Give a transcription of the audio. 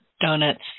Donuts